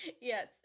Yes